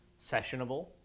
Sessionable